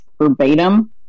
verbatim